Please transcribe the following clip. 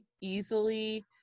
easily